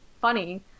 funny